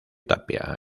tapia